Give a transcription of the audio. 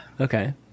Okay